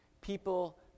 people